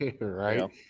right